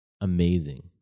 amazing